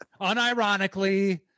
Unironically